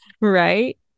Right